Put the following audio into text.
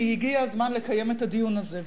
כי הגיע הזמן לקיים את הדיון הזה,